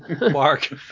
Mark